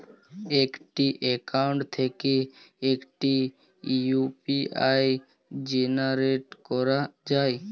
একটি অ্যাকাউন্ট থেকে কটি ইউ.পি.আই জেনারেট করা যায়?